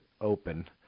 open